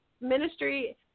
Ministry